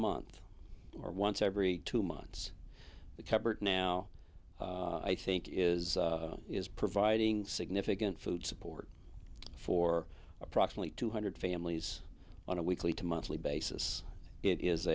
month or once every two months the cupboard now i think is is providing significant food support for approximately two hundred families on a weekly to monthly basis it is